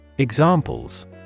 Examples